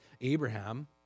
Abraham